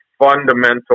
fundamental